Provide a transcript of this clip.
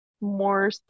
more